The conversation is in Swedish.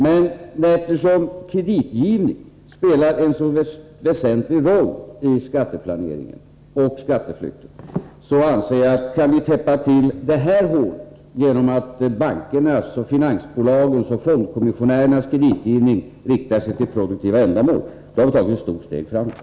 Men eftersom kreditgivning spelar en så väsentlig roll i skatteplaneringen och skatteflykten anser jag att vi, om vi kan täppa till detta hål genom att bankernas, finansbolagens och fondkommissionärernas kreditgivning inriktas på produktiva ändamål, har tagit ett stort steg framåt.